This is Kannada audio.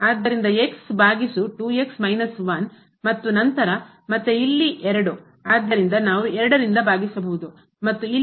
ಆದ್ದರಿಂದ ಭಾಗಿಸು ಮತ್ತು ನಂತರ ಮತ್ತೆ ಇಲ್ಲಿ 2 ಆದ್ದರಿಂದ ನಾವು 2 ರಿಂದ ಭಾಗಿಸಬಹುದು ಮತ್ತು ಇಲ್ಲಿ